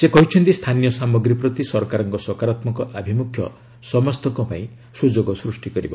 ସେ କହିଛନ୍ତି ସ୍ଥାନୀୟ ସାମଗ୍ରୀ ପ୍ରତି ସରକାରଙ୍କ ସକାରାତ୍ମକ ଅଭିମୁଖ୍ୟ ସମସ୍ତଙ୍କ ପାଇଁ ସୁଯୋଗ ସୃଷ୍ଟି କରିବ